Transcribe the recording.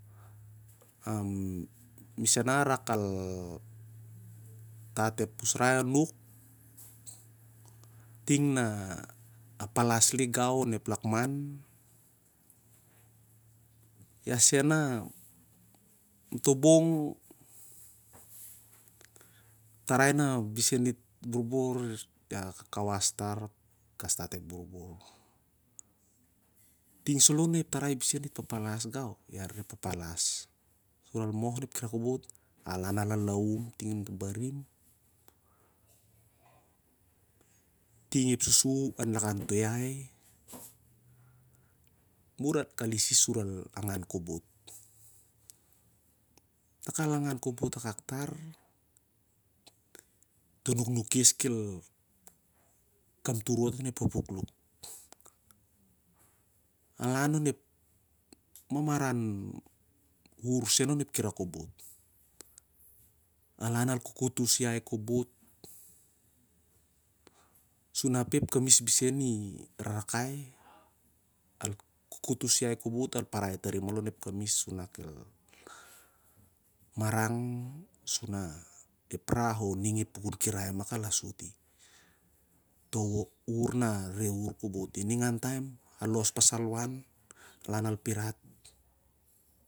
Am m m arak al ep usrai anuk tingh na palas lik gau onep lakman. Iah sen ah onto bong, ep tarai na bisen dit borbo, ia ka kawas tar ap a stat ep borbor. Ting saloh na bisen ep tarai dit papalas gau, ia ka palas. Al moh onep kirai kobot, al lan ai lalaum ting lo barim, ting ep susu lakan toh iahi, ap ur al isis sur al angan khobot. Na kal angan kobot akak tar, toh nuknuk kes el kaptur onep papukluk. Al an onep mamaran wur sen onep kamkirai khobot. Al an al kukutus iahi kobot, inap ep kais bisen el rakakai, na kel marang onep raho ning a pukun kirai rak moh al asoti. Toh wuvur na rereh wur kobot i, ningan taim al los pas liwan ap al lan al pirat